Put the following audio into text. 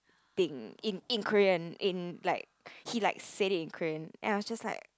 date in in Korean in like he like said it in Korean and I was just like